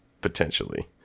potentially